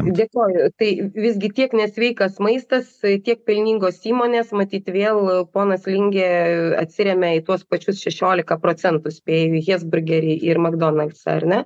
dėkoju tai visgi tiek nesveikas maistas tiek pelningos įmonės matyt vėl ponas lingė atsiremia į tuos pačius šešiolika procentų spėju į hesburgerį ir makdonaldsą ar ne